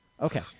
Okay